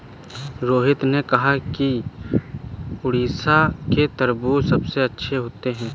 रोहित ने कहा कि उड़ीसा के तरबूज़ अच्छे होते हैं